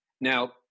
Now